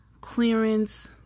clearance